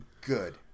good